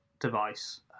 device